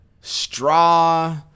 straw